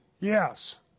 Yes